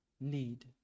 need